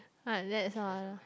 not that's all